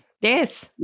Yes